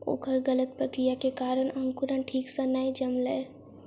ओकर गलत प्रक्रिया के कारण अंकुरण ठीक सॅ नै जनमलै